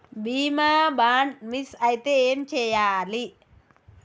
బీమా bond miss అయితే ఏం చేయాలి?